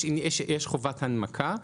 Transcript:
יש חובת הנמקה,